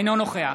אינו נוכח